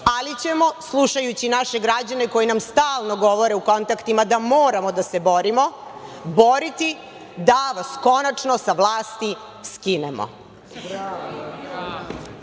ali ćemo slušajući naše građane koji nam stalno govore u kontaktima da moramo da se borimo, boriti da vas konačno sa vlasti skinemo. Tako